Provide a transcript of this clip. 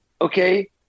okay